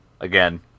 again